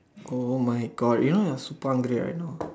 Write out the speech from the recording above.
oh my God you know I am super hungry right now